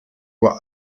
uhr